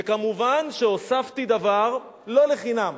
וכמובן הוספתי דבר, לא לחינם.